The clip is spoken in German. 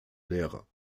lehrer